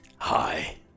Hi